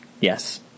yes